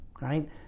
right